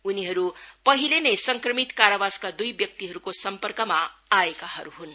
उनीहरू यस परिले नै संक्रमित कारावासका दुई व्यक्तिहरूको सम्पर्कमा आएकाहरू हुन्